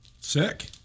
sick